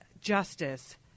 justice